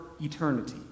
eternity